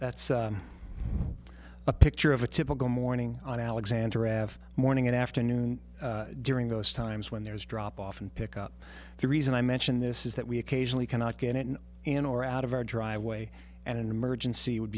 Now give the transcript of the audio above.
that's a picture of a typical morning on alexander rav morning and afternoon during those times when there is drop off and pick up the reason i mention this is that we occasionally cannot get it in or out of our driveway and emergency would